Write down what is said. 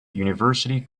university